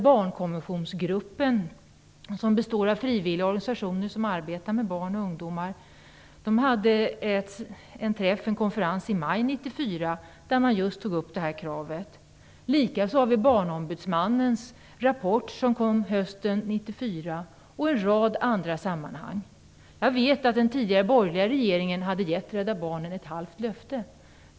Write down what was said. Barnkonventionsgruppen, som består av frivilligorganisationer som arbetar med barn och ungdomar, hade en konferens i maj 1994 där man tog upp detta krav. Likaså har vi Barnombudsmannens rapport från hösten 1994 och en rad andra. Jag vet att den tidigare borgerliga regeringen hade gett Rädda barnen ett halvt löfte.